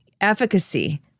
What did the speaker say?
efficacy